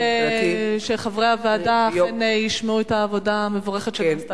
שחברי הוועדה אכן ישמעו על העבודה המבורכת שנעשתה.